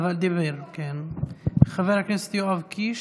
דיבר, כן, חבר הכנסת יואב קיש.